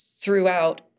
throughout